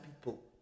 people